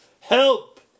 Help